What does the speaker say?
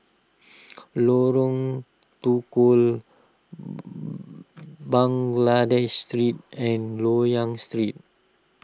Lorong Tukol Baghdad Street and Loyang Street